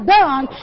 done